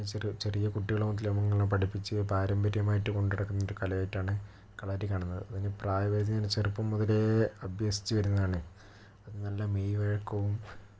അതിന് ചെറിയ കുട്ടികളെ മുതലങ്ങനെ പഠിപ്പിച്ച് പാരമ്പര്യമായിട്ട് കൊണ്ട് നടക്കുന്ന ഒരു കലയായിട്ടാണ് കളരി കാണുന്നത് അതിന് പ്രായപരിധി ചെറുപ്പം മുതലേ അഭ്യസിച്ചു വരുന്നതാണ് അത് നല്ല മെയ്വഴക്കവും